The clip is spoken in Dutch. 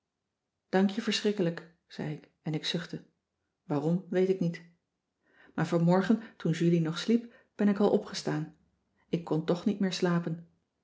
dank je verschrikkelijk zei ik en ik zuchtte waarom weet ik niet maar vanmorgen toen julie nog sliep ben ik al opgestaan ik kon toch niet meer slapen